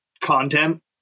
content